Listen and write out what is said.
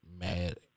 mad